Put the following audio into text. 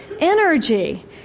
energy